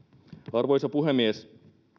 arvoisa puhemies